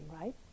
right